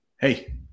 Hey